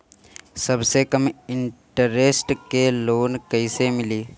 सबसे कम इन्टरेस्ट के लोन कइसे मिली?